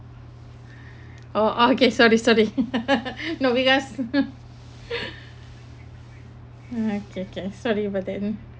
orh okay sorry sorry no because kay kay sorry about that